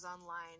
online